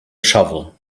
shovel